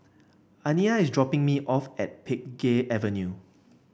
Aniyah is dropping me off at Pheng Geck Avenue